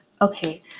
okay